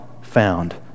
found